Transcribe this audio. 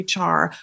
HR